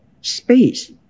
space